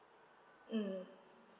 mm